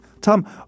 Tom